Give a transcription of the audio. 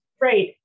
Right